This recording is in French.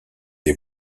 des